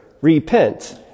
Repent